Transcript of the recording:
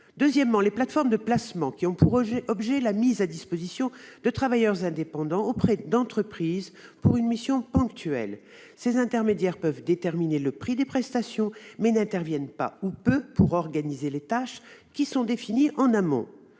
Deuxièmement, des plateformes de placement ont pour objet la mise à disposition de travailleurs indépendants auprès d'entreprises pour des missions ponctuelles. Ces intermédiaires peuvent déterminer le prix des prestations, mais n'interviennent pas ou peu pour organiser les tâches, qui sont définies en amont.